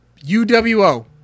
UWO